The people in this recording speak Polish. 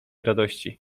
radości